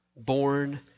Born